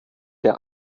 der